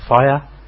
fire